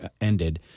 ended